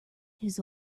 his